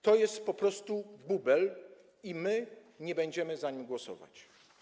To jest po prostu bubel i my nie będziemy za nim głosować.